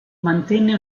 mantenne